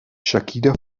shakira